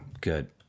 good